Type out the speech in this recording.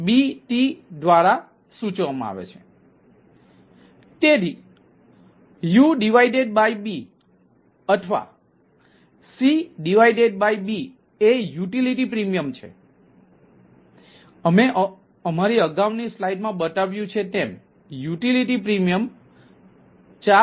તેથી UB અથવા CB એ યુટિલિટી પ્રીમિયમ છે અમે અમારી અગાઉની સ્લાઇડમાં બતાવ્યું છે તેમ યુટિલિટી પ્રીમિયમ 4